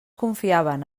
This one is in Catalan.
confiaven